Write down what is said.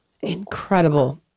Incredible